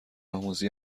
آموزی